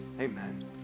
amen